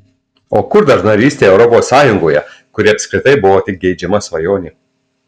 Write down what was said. o kur dar narystė europos sąjungoje kuri apskritai buvo tik geidžiama svajonė